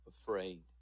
afraid